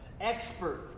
expert